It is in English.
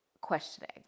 questioning